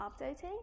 updating